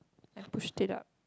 I push it up